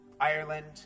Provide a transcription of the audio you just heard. Ireland